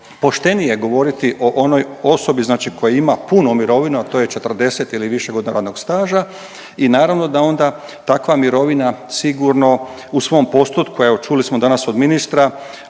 najpoštenije govoriti o onoj osobi znači koja ima punu mirovinu, a to je 40 ili više godina radnog staža i naravno da onda takva mirovina sigurno u svom postotku, evo čuli smo danas od ministra,